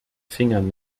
fingern